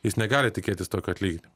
jis negali tikėtis tokio atlyginimo